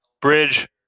bridge